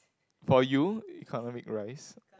for you economic rice